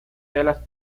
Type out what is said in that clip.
telas